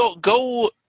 go –